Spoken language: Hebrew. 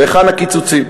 והיכן הקיצוצים: